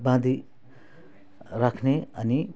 बाँधी राख्ने अनि